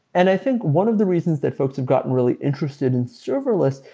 and i think one of the reasons that folks have gotten really interested in serverless,